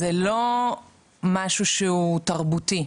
בנוסף לכך שהן משלמות גם כשהן מרוויחות הרבה פחות.